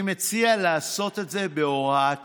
אני מציע לעשות את זה בהוראת שעה.